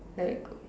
like